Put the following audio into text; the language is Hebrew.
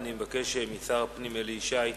אני מבקש משר הפנים אלי ישי להשיב.